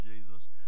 Jesus